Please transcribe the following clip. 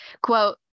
quote